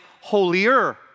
holier